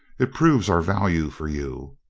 it proves our value for you.